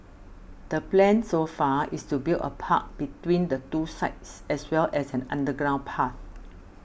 the plan so far is to build a park between the two sites as well as an underground path